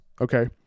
Okay